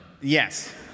Yes